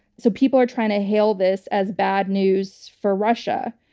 so people are trying to hail this as bad news for russia.